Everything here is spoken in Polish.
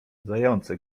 zające